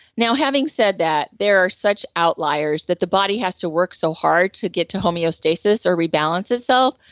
now, having said that, there are such outliers that the body has to work so hard to get to homeostasis or rebalance itself,